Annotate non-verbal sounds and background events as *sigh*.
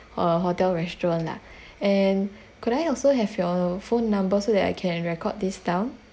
uh hotel restaurant lah *breath* and could I also have your phone number so that I can record this down